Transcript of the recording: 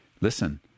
listen